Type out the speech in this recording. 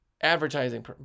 advertising